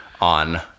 on